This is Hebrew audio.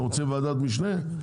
אתם רוצים ועדת משנה?